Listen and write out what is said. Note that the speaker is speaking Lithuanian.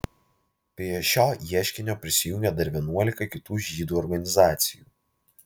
prie šio ieškinio prisijungė dar vienuolika kitų žydų organizacijų